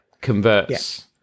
converts